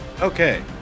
Okay